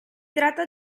tratta